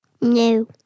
No